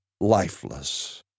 lifeless